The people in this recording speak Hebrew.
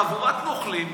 חבורת נוכלים,